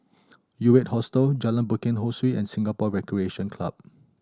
U Eight Hostel Jalan Bukit Ho Swee and Singapore Recreation Club